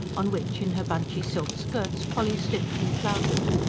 on which in her bunchy silk skirts polly slipped and floundered,